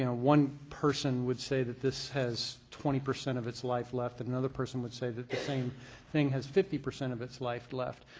you know one person would say that this has twenty percent of its life left. another person would say that the same thing has fifty percent of its life left.